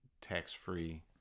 tax-free